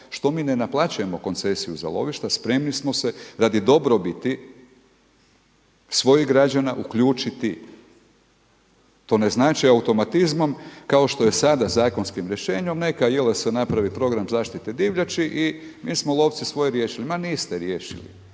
što mi ne naplaćujemo koncesiju za lovišta, spremni smo se radi dobrobiti svojih građana uključiti, to ne znači automatizmom kao što je sada zakonskim rješenjem, neka jela se naprave, program zaštite divljači i mi smo lovci svoje riješili. Ma niste riješili,